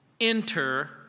enter